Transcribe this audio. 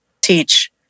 teach